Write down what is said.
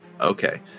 Okay